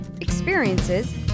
experiences